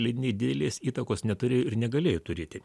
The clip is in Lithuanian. leidiniai didelės įtakos neturi ir negalėjo turėti